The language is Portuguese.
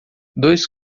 dois